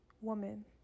woman